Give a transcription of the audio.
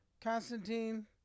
Constantine